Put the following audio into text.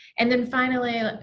and then finally,